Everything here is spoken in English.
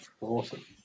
awesome